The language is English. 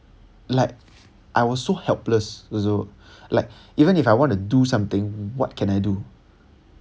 like I was so helpless also like even if I want to do something what can I do